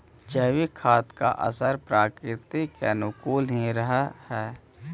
जैविक खाद का असर प्रकृति के अनुकूल ही रहअ हई